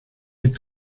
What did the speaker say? mit